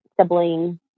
sibling